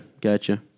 gotcha